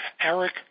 Eric